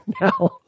now